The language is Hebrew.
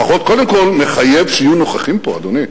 לפחות, קודם כול, מחייב שיהיו נוכחים פה, אדוני.